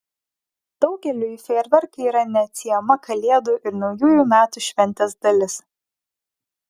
daugeliui fejerverkai yra neatsiejama kalėdų ir naujųjų metų šventės dalis